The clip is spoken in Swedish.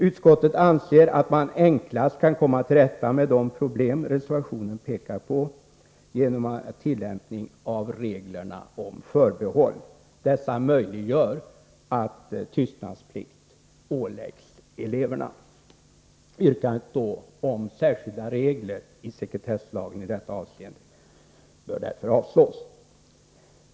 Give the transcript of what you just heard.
Utskottet anser att man enklast kan komma till rätta med de problem reservationen pekar på genom tillämpning av reglerna om förbehåll. Dessa möjliggör att tystnadsplikt åläggs eleverna. Yrkandet om särskilda regler i sekretesslagen i detta avseende bör därför avslås.